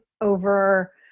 over